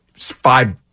five